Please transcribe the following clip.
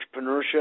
entrepreneurship